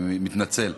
אני מתנצל.